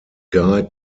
guide